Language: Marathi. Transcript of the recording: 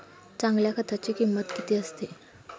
चांगल्या खताची किंमत किती असते?